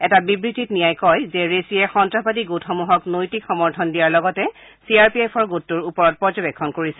এটা বিবৃতিত নিয়াই কয় যে ৰেছিয়ে সন্তাসবাদী গোটসমূহক নৈতিক সমৰ্থন দিয়াৰ লগতে চি আৰ পি এফৰ গোটটোৰ ওপৰত পৰ্যবেক্ষণ কৰিছিল